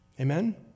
Amen